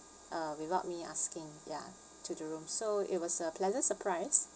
uh without me asking ya to the room so it was a pleasant surprise